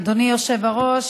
אדוני היושב-ראש,